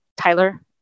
Tyler